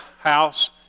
House